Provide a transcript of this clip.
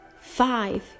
Five